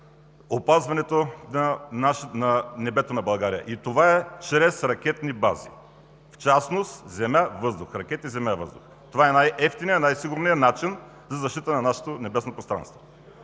опазването на небето на България – и това е чрез ракетни бази, в частност ракети земя-въздух. Това е най-евтиният, най-сигурният начин за защита на нашето небесно пространство.